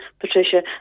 Patricia